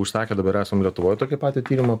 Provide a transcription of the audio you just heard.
užsakę dabar esam lietuvoj tokį patį tyrimą